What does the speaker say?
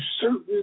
certain